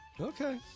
Okay